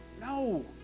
no